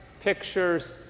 pictures